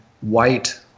white